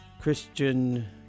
Christian